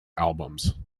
albums